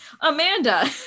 Amanda